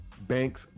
Bank's